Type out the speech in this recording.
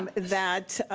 um that